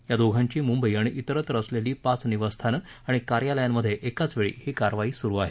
या दोघांची मुंबई आणि इतरत्र असलेली पाच निवासस्थानं आणि कार्यालयांमध्ये एकाच वेळी ही कारवाई सुरू आहे